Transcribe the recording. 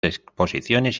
exposiciones